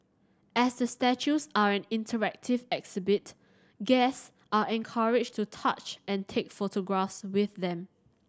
as the statues are an interactive exhibit guests are encouraged to touch and take photographs with them